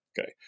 Okay